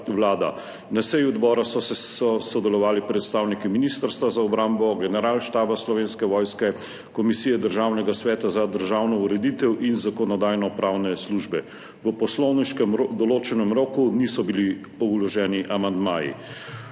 Na seji odbora so sodelovali predstavniki Ministrstva za obrambo, Generalštaba Slovenske vojske, Komisija Državnega sveta za državno ureditev in Zakonodajno-pravna služba. V poslovniško določenem roku niso bili vloženi amandmaji.